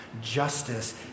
Justice